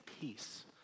peace